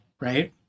right